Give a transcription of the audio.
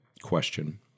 question